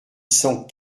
cent